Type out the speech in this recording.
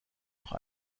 noch